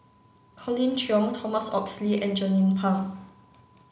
Colin Cheong Thomas Oxley and Jernnine Pang